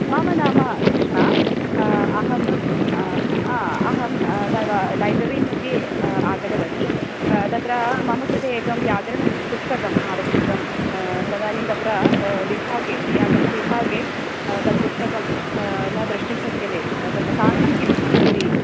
मम नाम कृष्णा अहम् अहं तव लैब्ररीमध्ये आगदवती तत्र मम कृते एकं व्याकरणं पुस्तकम् आवश्यकं तदानीं तत्र विभागे व्याकरणविभागे तत् पुस्तकं न द्रष्टुं शक्यते तत्र कारणं किम् इति